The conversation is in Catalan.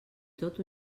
tot